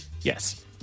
Yes